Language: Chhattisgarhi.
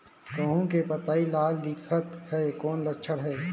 गहूं के पतई लाल दिखत हे कौन लक्षण हे?